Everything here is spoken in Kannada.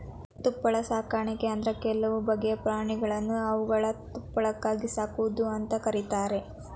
ತುಪ್ಪಳ ಸಾಕಣೆ ಅಂದ್ರೆ ಕೆಲವು ಬಗೆಯ ಪ್ರಾಣಿಗಳನ್ನು ಅವುಗಳ ತುಪ್ಪಳಕ್ಕಾಗಿ ಸಾಕುವುದು ಅಂತ ಕರೀತಾರೆ